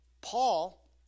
Paul